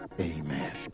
Amen